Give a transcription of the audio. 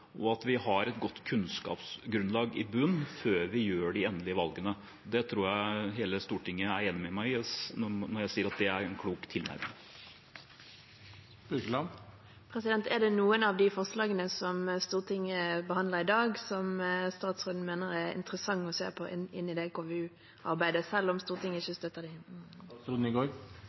og at vi har et godt kunnskapsgrunnlag i bunnen før vi tar de endelige valgene. Jeg tror hele Stortinget er enig med meg når jeg sier at det er en klok tilnærming. Er det noen av de forslagene Stortinget behandler i dag, som statsråden mener er interessante å se på inn i det KVU-arbeidet, selv om Stortinget ikke støtter dem? Jeg mener at flere av de elementene er interessante, men jeg mener likevel det